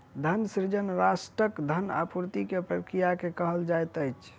धन सृजन राष्ट्रक धन आपूर्ति के प्रक्रिया के कहल जाइत अछि